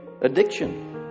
addiction